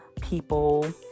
people